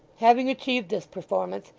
having achieved this performance,